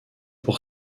pour